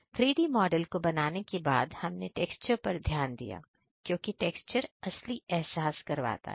3D model को बनाने के बाद हमने टेक्सचर पर ध्यान दिया क्योंकि टेक्सचर असली एहसास करवाता है